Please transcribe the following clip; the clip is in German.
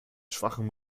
schwachen